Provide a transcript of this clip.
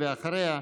ואחריה,